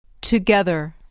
Together